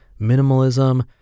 minimalism